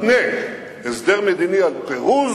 מתנה הסדר מדיני בפירוז,